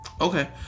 Okay